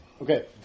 Okay